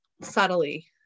subtly